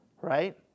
right